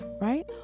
right